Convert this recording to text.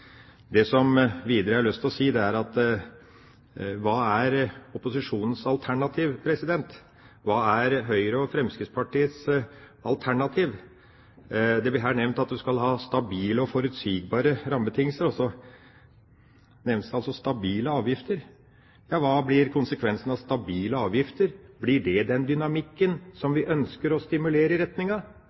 som jeg videre har lyst til å si, er: Hva er opposisjonens alternativ? Hva er Høyres og Fremskrittspartiets alternativ? Det blir her nevnt at en skal ha stabile og forutsigbare rammebetingelser, og så nevnes det stabile avgifter. Ja, hva blir konsekvensen av stabile avgifter? Blir det den dynamikken som vi ønsker å stimulere i